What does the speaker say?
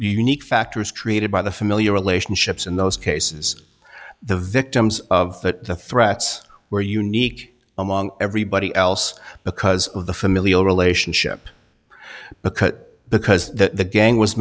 unique factors created by the familiar relationships in those cases the victims of the threats were unique among everybody else because of the familial relationship but because the gang was